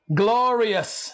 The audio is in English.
glorious